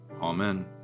Amen